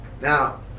Now